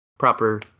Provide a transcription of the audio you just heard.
Proper